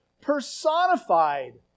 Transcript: personified